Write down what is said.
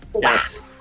Yes